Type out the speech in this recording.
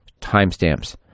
timestamps